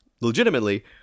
legitimately